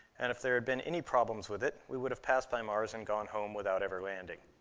and if there had been any problems with it, we would have passed by mars and gone home without ever landing.